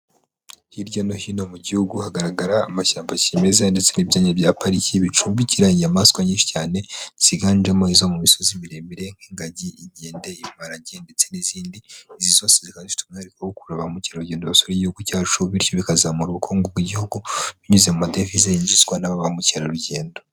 Hirya no hino mu gihugu hagaragara amashyamba kimeza ndetse n'ibyanya bya pariki bicumbiki inyamaswa nyinshi cyane ziganjemo izo mu misozi miremire nk'ingagi inkende, imparage ndetse n'izindi. Izi zose zika zifite umwihariko wo gukurura ba mukerarugendo basura igihugu cyacu, bityo bikazamura ubukungu bw'igihugu binyuze mu madevize yinjizwa na ba mukerarugendo.